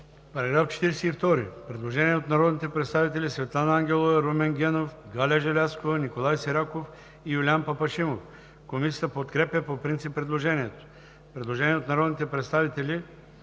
предложението. Предложение от народните представители Светлана Ангелова, Румен Генов, Галя Желязкова, Николай Сираков и Юлиян Папашимов. Комисията подкрепя по принцип предложението. Предложение от народния представител